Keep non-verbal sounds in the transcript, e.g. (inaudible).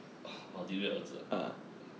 (breath) maldini 儿子 ah